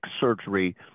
surgery